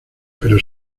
pero